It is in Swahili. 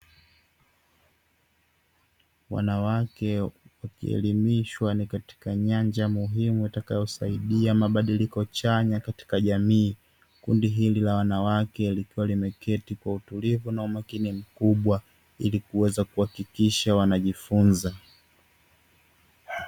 Wanawake wakielimishwa ni katika nyanja muhimu itakayosaidia mabadiliko chanya katika jamii. kundi hili la wanawake likiwa limeketi wa utulivu na umakini mkubwa ili kuweza kuhakikisha wanajifunza.